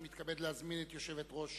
אני מתכבד להזמין את יושבת-ראש